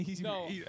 No